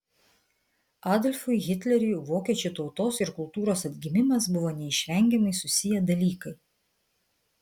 adolfui hitleriui vokiečių tautos ir kultūros atgimimas buvo neišvengiamai susiję dalykai